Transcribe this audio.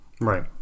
Right